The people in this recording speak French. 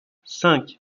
cinq